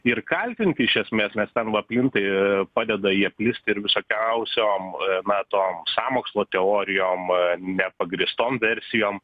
ir kaltinti iš esmės nes ten va plinta į padeda jie plisti ir visokiausiom ma tom sąmokslo teorijom nepagrįstom versijom